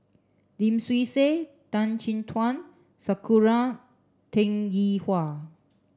Lim Swee Say Tan Chin Tuan Sakura Teng Ying Hua